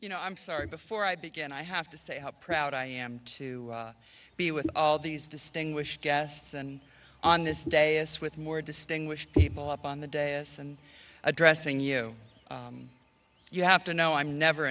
you know i'm sorry before i began i have to say how proud i am to be with all these distinguished guests and on this day as with more distinguished people up on the days and addressing you you have to know i'm never